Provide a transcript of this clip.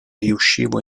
riuscivo